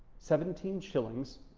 seventeen shillings,